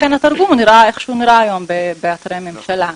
לכן התרגום נראה איך שהוא נראה היום באתרי הממשלה.